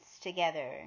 together